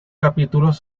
capítulos